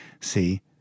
See